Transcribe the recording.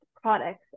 products